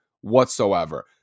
whatsoever